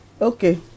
okay